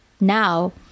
now